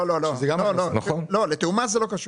לא, לתיאום מס זה לא קשור.